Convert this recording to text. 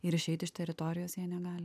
ir išeiti iš teritorijos jie negali